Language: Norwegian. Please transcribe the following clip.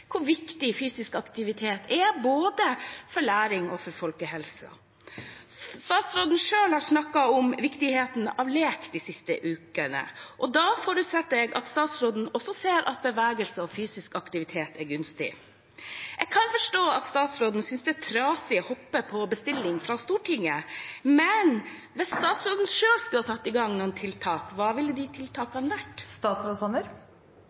hvor viktig fysisk aktivitet er, både for læring og for folkehelsen. Statsråden selv har de siste ukene snakket om viktigheten av lek. Da forutsetter jeg at statsråden også ser at bevegelse og fysisk aktivitet er gunstig. Jeg kan forstå at statsråden synes det er trasig å hoppe på bestilling fra Stortinget, men hvis statsråden selv skulle ha satt i gang noen tiltak, hva ville de